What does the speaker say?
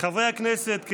חברי הכנסת,